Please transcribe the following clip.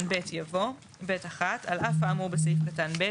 (ב) יבוא: "(ב1) על אף האמור בסעיף קטן (ב),